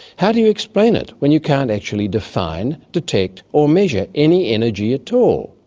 how do you explain it when you can't actually define, detect or measure any energy at all?